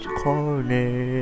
corner